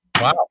Wow